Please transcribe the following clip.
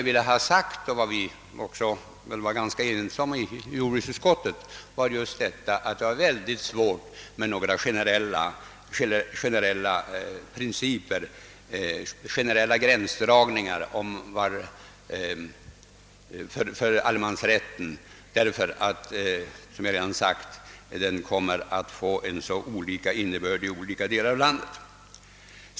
Vad vi i jordbruksutskottet var eniga om var just att vi ansåg generella gränsdragningar beträffande allemansrätten olämpliga, eftersom den, som jag redan har sagt, har så olika innebörd i olika delar av landet.